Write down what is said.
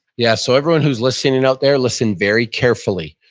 yeah, so everyone who's listening in out there, listen very carefully.